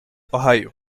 ohio